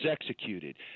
executed